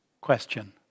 question